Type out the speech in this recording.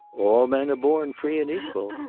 all men are born free and equal.